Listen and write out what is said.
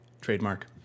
Trademark